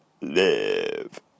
live